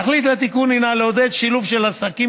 תכלית התיקון היא לעודד שילוב של עסקים